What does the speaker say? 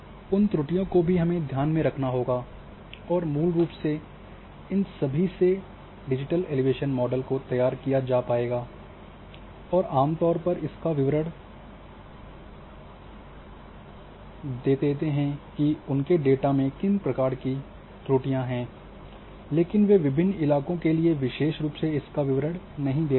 उन त्रुटियों को भी हमें ध्यान में रखाना होगा और मूल रूप से इन सभी से डिजिटल एलिवेशन मॉडल को तैयार किया जा पाएगा और आमतौर पर इसका विवरण दे देते हैं कि उनके डेटा किस प्रकार की त्रुटियां हैं लेकिन वे विभिन्न इलाकों के लिए विशेष रूप से इसका विवरण नहीं देते हैं